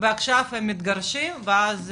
ועכשיו הם מתגרשים ואז